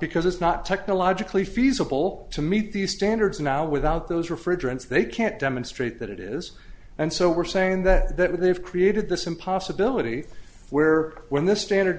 because it's not technologically feasible to meet these standards now without those refrigerants they can't demonstrate that it is and so we're saying that that they've created this in possibility where when this standard